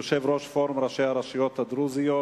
אני רוצה לברך את יושב-ראש פורום ראשי הרשויות הדרוזיות,